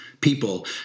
people